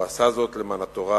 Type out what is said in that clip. והוא עשה זאת למען התורה,